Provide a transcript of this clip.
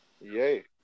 Yay